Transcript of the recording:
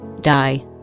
die